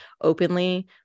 openly